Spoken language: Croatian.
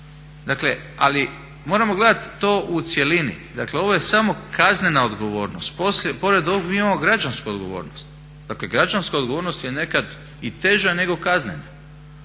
Dakle ali moramo gledati to u cjelini. Dakle ovo je samo kaznena odgovornost, pored ovog mi imamo građansku odgovornost. Dakle građanska odgovornost je nekada i teža nego kaznena.